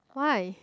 why